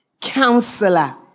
Counselor